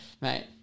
Mate